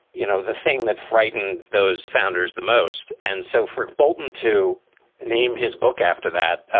you know, the thing that frightened those founders the most. and so for bolton to name his book after that